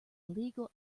illegal